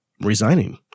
resigning